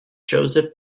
joseph